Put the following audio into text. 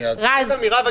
זו האמירה.